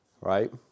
Right